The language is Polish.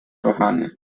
kochany